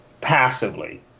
passively